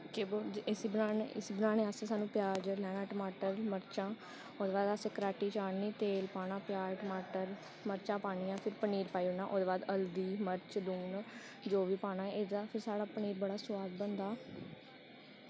इसी बनाने आस्तै साह्नू प्याज लैना टमाटर मर्चां ओह्दै बाद असें कड़ाह्टी चाढ़नी तेल पाना प्याज टमाटर म्रचां पानियां फिर पनीर पाई ओड़ना ओह्दे बाद हल्दी म्रच लून जो बी पाना फ्हा साढ़ा पनीर बड़ा शैल बनदा